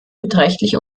beträchtlich